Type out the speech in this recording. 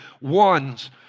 ones